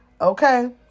Okay